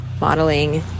modeling